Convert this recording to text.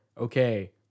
okay